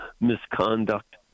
misconduct